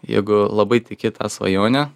jeigu labai tiki ta svajone